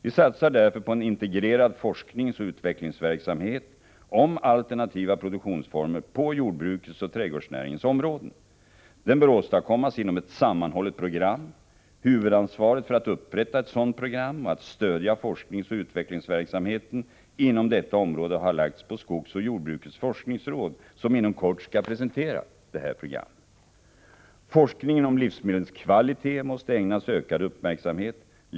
Vi satsar därför på en integrerad forskningsoch utvecklingsverksamhet om alternativa produktionsformer på jordbrukets och trädgårdsnäringens områden. Den bör åstadkommas inom ett sammanhållet program. Huvudansvaret för att upprätta ett sådant program och stödja forskningsoch utvecklingsverksamheten inom detta område har lagts på skogsoch jordbrukets forskningsråd, som inom kort skall presentera sitt program. Forskningen om livsmedlens kvalitet måste ägnas ökad uppmärksamhet.